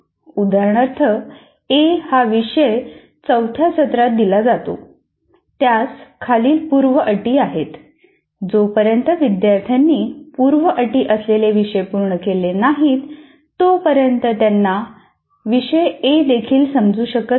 उदाहरणार्थ ए हा विषय चौथ्या सत्रात दिला जातो त्यास खालील पूर्व अटी आहेत जोपर्यंत विद्यार्थ्यांनी पूर्व अटी असलेले विषय पूर्ण केले नाहीत तोपर्यंत त्यांना देखील समजू शकत नाही